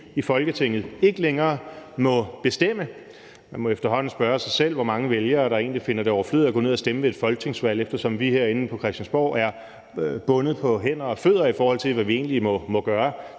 i Folketinget ikke længere må bestemme – man må efterhånden spørge sig selv, hvor mange vælgere der egentlig finder det overflødigt at gå ned og stemme ved et folketingsvalg, eftersom vi herinde på Christiansborg er bundet på hænder og fødder, i forhold til hvad vi må gøre;